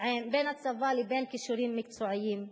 בין הצבא לבין כישורים מקצועיים,